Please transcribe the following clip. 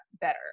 better